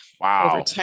Wow